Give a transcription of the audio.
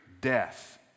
death